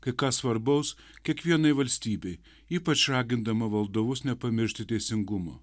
kai ką svarbaus kiekvienai valstybei ypač ragindama valdovus nepamiršti teisingumo